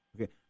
Okay